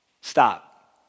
Stop